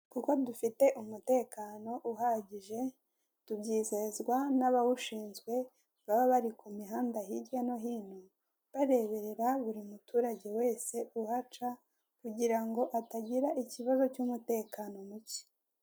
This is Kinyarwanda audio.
Kuko dutite umutekano uhagije tubyizezwa n'abawushinje baba bari ku mihanda hirya no hino bareberera buri muturage wese uhaca kugira ngo atagira ikibazo cy'umutekano muke.